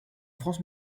france